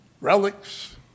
relics